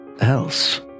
else